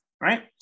right